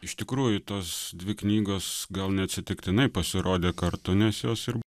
iš tikrųjų tos dvi knygos gal neatsitiktinai pasirodė kartu nes jos ir